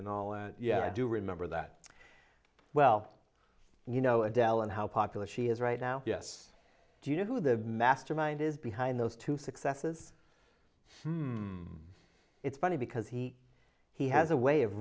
and all and yeah i do remember that well you know adele and how popular she is right now yes do you know who the mastermind is behind those two successes it's funny because he he has a way of